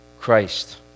Christ